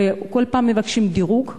וכל פעם מבקשים דירוג.